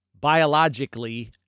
biologically